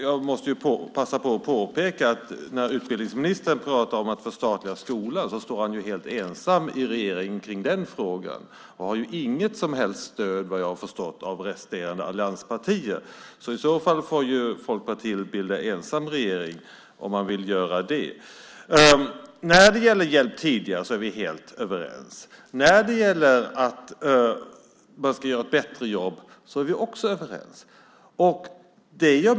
Jag måste passa på att påpeka att när utbildningsministern pratar om att förstatliga skolan står han helt ensam i regeringen. Han har vad jag har förstått inget som helst stöd av resterande allianspartier. Folkpartiet får bilda regering ensamt om man vill genomföra detta. När det gäller tidigare hjälp är vi helt överens. När det gäller att man ska göra ett bättre jobb är vi också överens.